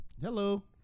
Hello